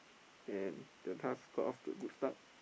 and the task got off to a good start